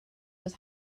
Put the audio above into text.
was